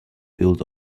build